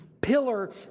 pillar